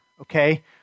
okay